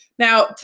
Now